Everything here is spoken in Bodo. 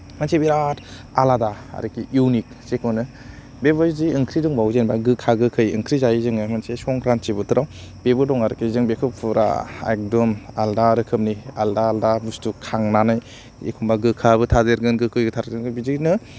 मोनसे बिराद आलादा आरोखि इउनिक जेखौ होनो बेबायदि ओंख्रि दंबावो जेनेबा गोखा गोखै ओंख्रि जायो जोङो मोनसे संक्रान्ति बोथोराव बेबो दं आरोखि जों बेखौ फुरा एकदम आलादा रोखोमनि आलादा आलादा बुस्तु खांनानै एखम्बा गोखाबो थादेरगोन गोखैबो थादेरगोन बिदिनो